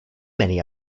many